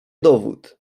dowód